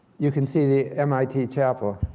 you can see the mit chapel.